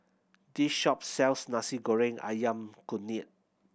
this shop sells Nasi Goreng Ayam Kunyit